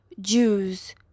Jews